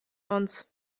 uns